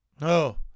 No